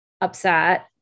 upset